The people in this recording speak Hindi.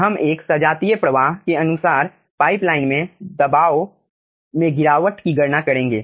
हम एक सजातीय प्रवाह के अनुसार पाइपलाइन में दबाव में गिरावट की गणना करेंगे